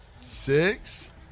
six